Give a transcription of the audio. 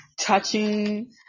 Touching